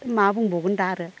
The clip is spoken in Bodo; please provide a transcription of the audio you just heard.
मा बुंबावगोन दा आरो